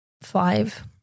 five